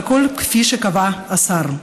והכול כפי שקבע השר".